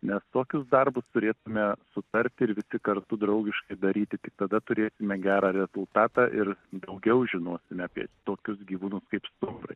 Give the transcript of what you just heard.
nes tokius darbus turėtume sutarti ir visi kartu draugiškai daryti tik tada turėsime gerą rezultatą ir daugiau žinosime apie tokius gyvūnus kaip stumbrai